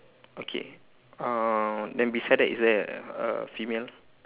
okay uh then beside that is there a a female